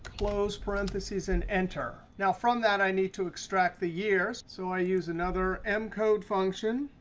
close parenthesis, and enter. now, from that i need to extract the year. so i use another m code function,